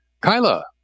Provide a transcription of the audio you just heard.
Kyla